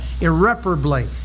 irreparably